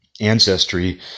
ancestry